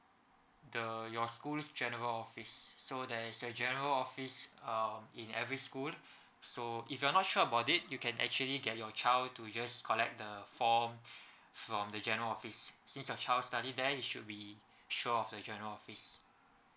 the your school's general office so there is a general office um in every school so if you're not sure about it you can actually get your child to just collect the form from the general office since your child study there he should be sure of the general office